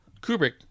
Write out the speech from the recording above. Kubrick